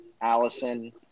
Allison